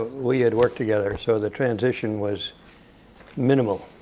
ah we had worked together. so the transition was minimal.